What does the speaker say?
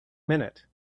minute